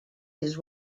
his